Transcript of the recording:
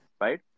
Right